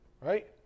Right